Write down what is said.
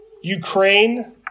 Ukraine